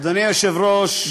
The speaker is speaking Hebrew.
אדוני היושב-ראש,